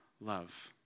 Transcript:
love